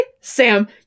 Sam